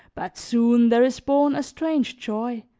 but soon there is born a strange joy,